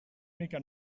mica